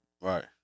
Right